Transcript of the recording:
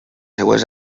següents